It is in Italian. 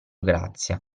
grazia